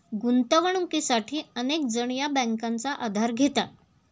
गुंतवणुकीसाठी अनेक जण या बँकांचा आधार घेतात